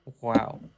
wow